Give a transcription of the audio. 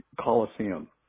Coliseum